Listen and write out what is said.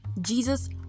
jesus